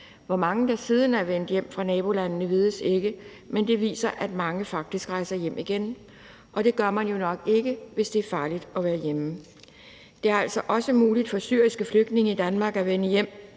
Hvor mange der siden er vendt hjem fra nabolandene, vides ikke, men det viser, at mange faktisk rejser hjem igen, og det gør man jo nok ikke, hvis det er farligt at være hjemme. Det er altså også muligt for syriske flygtninge i Danmark at vende hjem,